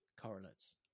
correlates